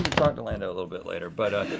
talk to lando a little bit later, but ah,